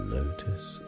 notice